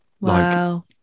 Wow